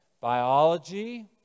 biology